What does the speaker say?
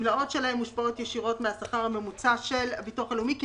הגמלאות שלהם מושפעות ישירות מהשכר הממוצע של הביטוח הלאומי כי